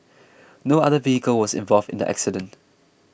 no other vehicle was involved in the accident